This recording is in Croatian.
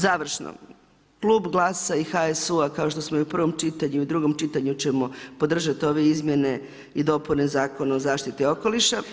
Završno, klub GLAS-a i HSU-a kao što smo i u prvom čitanju i u drugom čitanju ćemo podržati ove izmjene i dopune Zakona o zaštiti okoliša.